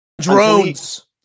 drones